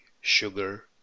sugar